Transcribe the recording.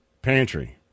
Pantry